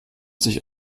sich